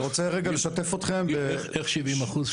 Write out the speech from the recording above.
איך 70%?